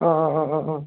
ആ ആ ആ ആ ആ